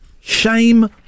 Shame